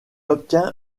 obtient